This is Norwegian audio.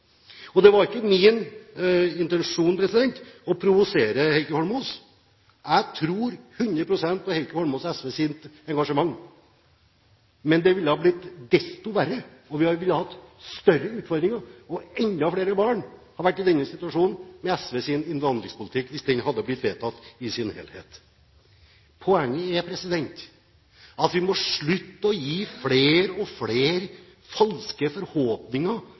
Det var ikke min intensjon å provosere Heikki Holmås. Jeg tror 100 pst. på Heikki Holmås’ og SVs engasjement, men det ville blitt desto verre, og vi ville hatt større utfordringer og enda flere barn i denne situasjonen hvis SVs innvandringspolitikk hadde blitt vedtatt i sin helhet. Poenget er at vi må slutte å gi flere og flere falske forhåpninger